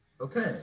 Okay